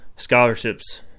scholarships